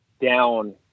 down